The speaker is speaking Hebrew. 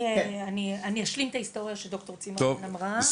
אני אשלים את ההיסטוריה שד"ר צימרמן אמרה.